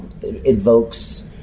evokes